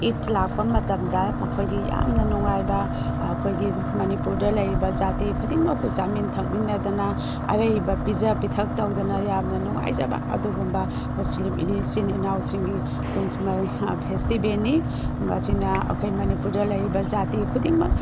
ꯏꯠ ꯂꯥꯛꯄ ꯃꯇꯝꯗ ꯃꯈꯣꯏꯒꯤ ꯌꯥꯝꯅ ꯅꯨꯡꯉꯥꯏꯕ ꯑꯩꯈꯣꯏꯒꯤ ꯃꯅꯤꯄꯨꯔꯗ ꯂꯩꯔꯤꯕ ꯖꯥꯇꯤ ꯈꯨꯗꯤꯡꯃꯛꯄꯨ ꯆꯥꯃꯤꯟ ꯊꯛꯃꯤꯟꯅꯗꯅ ꯑꯔꯩꯕ ꯄꯤꯖ ꯄꯤꯊꯛ ꯇꯧꯗꯅ ꯌꯥꯝꯅ ꯅꯨꯡꯉꯥꯏꯖꯕ ꯑꯗꯨꯒꯨꯝꯕ ꯃꯨꯁꯂꯤꯝ ꯏꯆꯤꯟ ꯏꯅꯥꯎꯁꯤꯡꯒꯤ ꯐꯦꯁꯇꯤꯕꯦꯜꯅꯤ ꯃꯁꯤꯅ ꯑꯩꯈꯣꯏ ꯃꯅꯤꯄꯨꯔꯗ ꯂꯩꯔꯤꯕ ꯖꯥꯇꯤ ꯈꯨꯗꯤꯡꯃꯛ